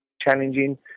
challenging